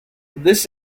this